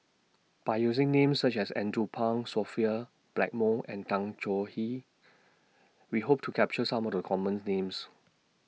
By using Names such as Andrew Phang Sophia Blackmore and Tan Choh He We Hope to capture Some of The commons Names